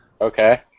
Okay